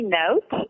note